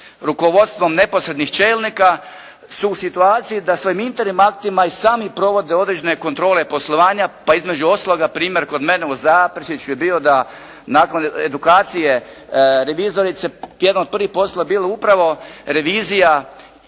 rukovodstvom neposrednih čelnika su u situaciji da svojim internim aktima i sami provode određene kontrole poslovanja pa između ostaloga primjer kod mene Zaprešiću je bio da nakon edukacije revizorice, jedan od prvih poslova je bilo upravo revizija